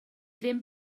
ddim